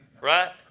right